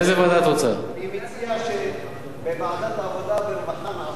אני מציע שבוועדת העבודה והרווחה נעסוק בדא עקא.